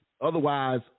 Otherwise